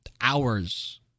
hours